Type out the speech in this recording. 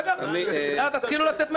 יאללה, תתחילו לצאת מהארון.